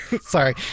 Sorry